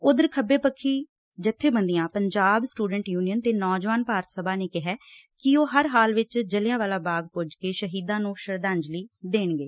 ਉਧਰ ਖੱਬੇ ਪੱਖੀ ਜਥੇਬੰਦੀਆਂ ਪੰਜਾਬ ਸਟੂਡੈਂਟ ਯੂਨੀਅਨ ਤੇ ਨੌਜਵਾਨ ਭਾਰਤ ਸਭਾ ਨੇ ਕਿਹੈ ਕਿ ਉਹ ਹਰ ਹਾਲ ਵਿਚ ਜਲ੍ਹਿਆਵਾਲਾ ਬਾਗ ਪੁੱਜ ਕੇ ਸ਼ਹੀਦਾਂ ਨੂੰ ਸ਼ਰਧਾਜਲੀ ਦੇਣਗੇ